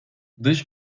dış